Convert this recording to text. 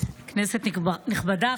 כנסת נכבדה,